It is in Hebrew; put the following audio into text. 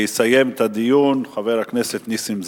יסיים את הדיון חבר הכנסת נסים זאב.